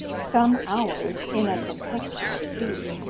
some hours in a tempestuous sea.